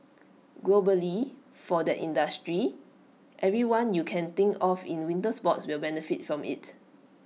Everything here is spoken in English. globally for that industry everyone you can think of in the winter sports will benefit from IT